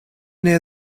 near